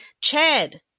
Chad